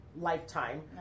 lifetime